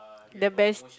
the best